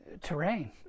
terrain